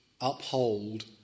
uphold